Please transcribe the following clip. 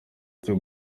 cyo